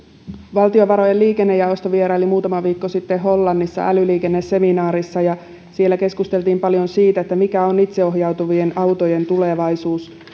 valtiovarojen liikennejaosto vieraili muutama viikko sitten hollannissa älyliikenneseminaarissa ja siellä keskusteltiin paljon siitä mikä on itseohjautuvien autojen tulevaisuus